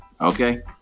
okay